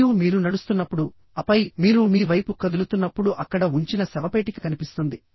మరియు మీరు నడుస్తున్నప్పుడు ఆపై మీరు మీ వైపు కదులుతున్నప్పుడు అక్కడ ఉంచిన శవపేటిక కనిపిస్తుంది